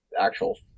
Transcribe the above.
actual